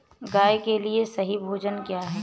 गाय के लिए सही भोजन क्या है?